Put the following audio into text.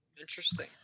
Interesting